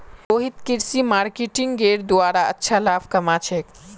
रोहित कृषि मार्केटिंगेर द्वारे अच्छा लाभ कमा छेक